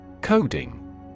Coding